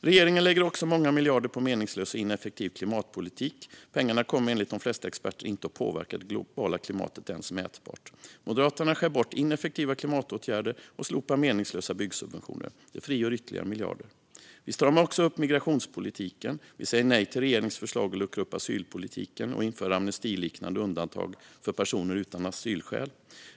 Regeringen lägger också många miljarder på meningslös och ineffektiv klimatpolitik. Pengarna kommer enligt de flesta experter inte att påverka det globala klimatet ens mätbart. Moderaterna skär bort ineffektiva klimatåtgärder och slopar meningslösa byggsubventioner. Det frigör ytterligare miljarder. Vi stramar också upp migrationspolitiken. Vi säger nej till regeringens förslag att luckra upp asylpolitiken och införa amnestiliknande undantag för personer utan asylskäl.